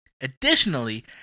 Additionally